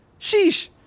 sheesh